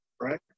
right